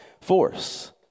force